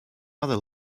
other